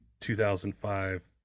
2005